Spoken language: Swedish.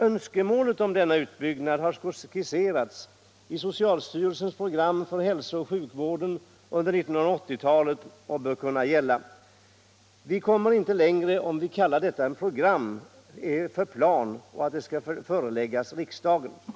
Önskemålet om denna utbyggnad har skisserats i socialstyrelsens program för hälsooch sjukvården under 1980-talet, som bör kunna anses ha giltighet. Vi kommer inte längre om vi kallar detta program för plan och förelägger riksdagen detsamma.